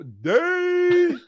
day